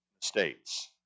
States